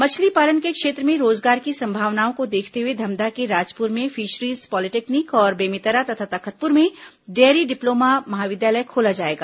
मछली पालन के क्षेत्र में रोजगार की संभावनाओं को देखते हुए धमधा के राजपुर में फिषरीज पॉलिटेक्निक और बेमेतरा तथा तखतपुर में डेयरी डिप्लोमा महाविद्यालय खोला जाएगा